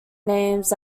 names